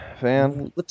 fan